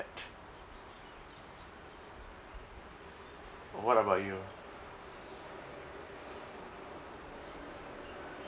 what about you